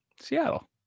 Seattle